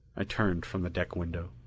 i turned from the deck window.